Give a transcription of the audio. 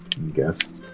Guess